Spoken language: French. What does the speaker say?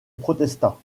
protesta